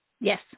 Yes